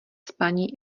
spaní